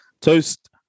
Toast